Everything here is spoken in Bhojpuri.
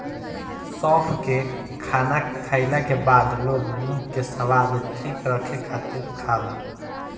सौंफ के खाना खाईला के बाद लोग मुंह के स्वाद ठीक रखे खातिर खाला